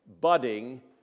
budding